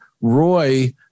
Roy